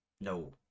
No